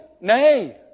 nay